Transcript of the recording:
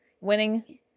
Winning